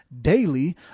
daily